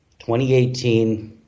2018